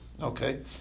Okay